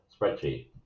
spreadsheet